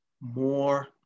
more